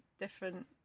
different